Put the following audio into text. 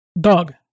Dog